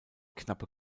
knappe